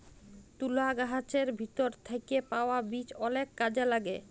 তুলা গাহাচের ভিতর থ্যাইকে পাউয়া বীজ অলেক কাজে ল্যাগে